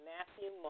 Matthew